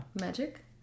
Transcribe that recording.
Magic